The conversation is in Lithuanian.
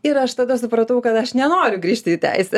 ir aš tada supratau kad aš nenoriu grįžti į teisę